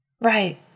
Right